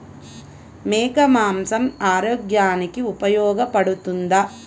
మేక మాంసం ఆరోగ్యానికి ఉపయోగపడుతుందా?